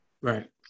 Right